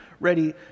ready